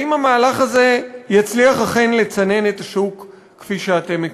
האם המהלך הזה יצליח אכן לצנן את השוק כפי שאתם מקווים.